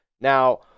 Now